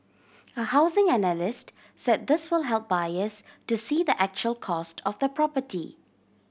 a housing analyst say this will help buyers to see the actual cost of the property